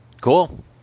Cool